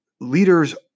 leaders